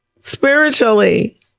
spiritually